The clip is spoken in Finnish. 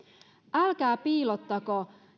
älkää piilottako